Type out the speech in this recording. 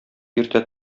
иртә